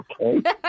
Okay